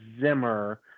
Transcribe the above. Zimmer